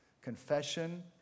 confession